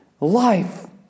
life